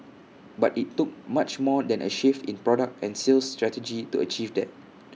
but IT took much more than A shift in product and sales strategy to achieve that